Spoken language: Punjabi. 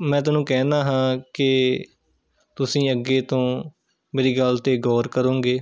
ਮੈਂ ਤੁਹਾਨੂੰ ਕਹਿੰਦਾ ਹਾਂ ਕਿ ਤੁਸੀਂ ਅੱਗੇ ਤੋਂ ਮੇਰੀ ਗੱਲ 'ਤੇ ਗੌਰ ਕਰੋਂਗੇ